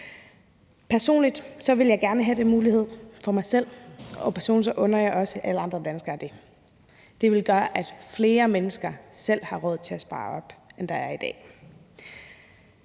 Personligt ville jeg gerne have den mulighed for mig selv, og personligt under jeg også alle andre danskere det. Det ville gøre, at flere mennesker selv har råd til at spare op end i dag.